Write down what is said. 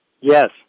Yes